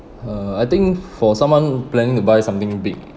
uh I think for someone planning to buy something big